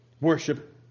worship